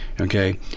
okay